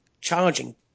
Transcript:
charging